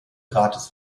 gratis